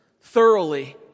thoroughly